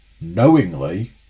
knowingly